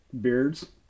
Beards